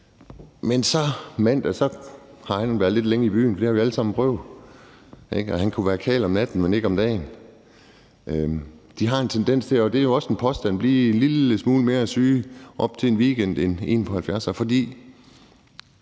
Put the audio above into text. om mandagen har han været lidt for længe i byen; det har vi alle sammen prøvet. Han kan være en karl om natten, men ikke om dagen. De har en tendens til – og det er jo også en påstand – at blive en lille smule mere syge op til en weekend end en på 70 år.